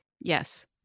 Yes